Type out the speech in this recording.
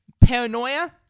Paranoia